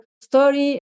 story